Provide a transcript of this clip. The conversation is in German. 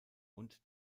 und